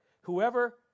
Whoever